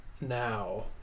now